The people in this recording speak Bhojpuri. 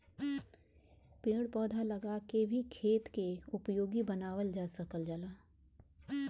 पेड़ पौधा लगा के भी खेत के उपयोगी बनावल जा सकल जाला